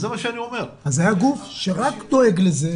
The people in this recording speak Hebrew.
אז היה גוף שרק דואג לזה,